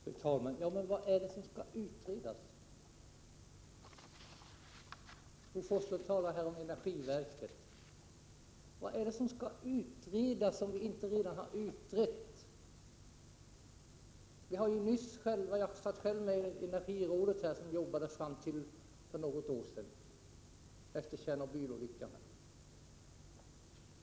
Fru talman! Men vad är det som skall utredas? Bo Forslund talar om energiverket. Vad är det som skall utredas som inte redan har utretts? Jag satt själv med i energirådet, som arbetade med en utredning med anledning av Tjernobylolyckan fram till för något år sedan.